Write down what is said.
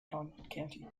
county